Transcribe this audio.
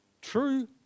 True